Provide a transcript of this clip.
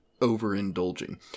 overindulging